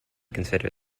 consider